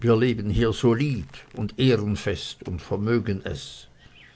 wir leben hier solid und ehrenfest und vermögen es